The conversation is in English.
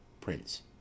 Prince